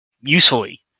usefully